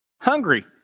hungry